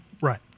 Right